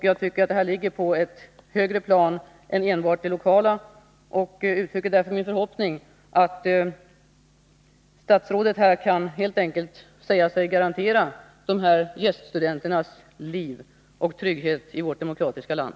Jag tycker att detta ligger på ett högre plan än enbart på det lokala, och jag uttrycker därför min förhoppning att statsrådet helt enkelt kan säga att hon garanterar de här gäststudenternas liv och trygghet i vårt demokratiska land.